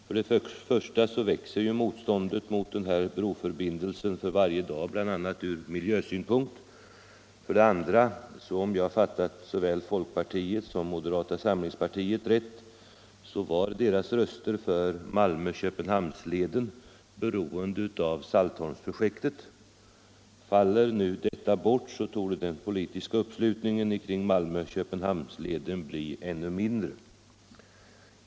För det första växer motståndet mot denna broförbindelse för varje dag bl.a. ur miljösynpunkt. För det andra var såväl folkpartiets som moderata samlingspartiets röster för Malmö-Köpenhamnsleden, om jag fattat rätt, beroende av Saltholmsprojektet. Faller nu detta bort torde den politiska uppslutningen kring Malmö-Köpenhamnsleden bli ännu mindre.